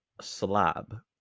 slab